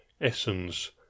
essence